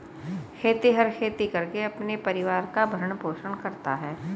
खेतिहर खेती करके अपने परिवार का भरण पोषण करता है